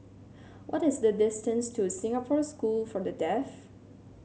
what is the distance to Singapore School for the Deaf